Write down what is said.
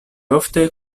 ofte